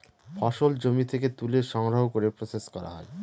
ফসল জমি থেকে তুলে সংগ্রহ করে প্রসেস করা হয়